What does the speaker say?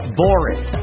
boring